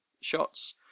shots